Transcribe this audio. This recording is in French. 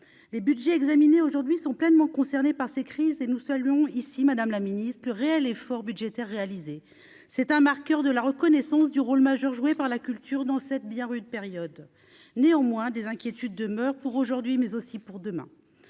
les Budgets examiné aujourd'hui sont pleinement concernés par ces crises et nous saluons ici, Madame la Ministre, de réels efforts budgétaires réalisées, c'est un marqueur de la reconnaissance du rôle majeur joué par la culture dans cette bien rude période néanmoins des inquiétudes demeurent pour aujourd'hui mais aussi pour demain,